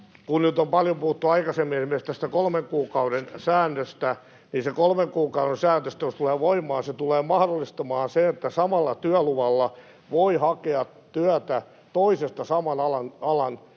Kun on paljon puhuttu aikaisemmin myös tästä kolmen kuukauden säännöstä, niin se kolmen kuukauden sääntö, jos se tulee voimaan, tulee mahdollistamaan sen, että samalla työluvalla voi hakea työtä toisesta saman alan